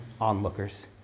onlookers